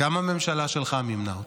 --- גם הממשלה שלך מימנה אותו.